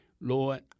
Lord